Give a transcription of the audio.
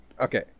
Okay